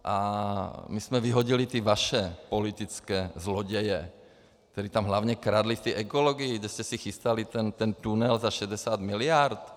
A my jsme vyhodili ty vaše politické zloděje, kteří tam hlavně kradli v ekologii, kde jste si chystali tunel za 60 miliard.